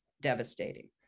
devastating